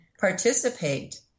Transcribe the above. participate